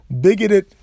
bigoted